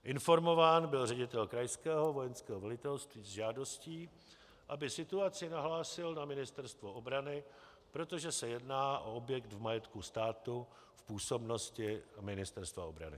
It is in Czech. Informován byl ředitel krajského vojenského velitelství s žádostí, aby situaci nahlásil na Ministerstvo obrany, protože se jedná o objekt v majetku státu v působnosti Ministerstva obrany.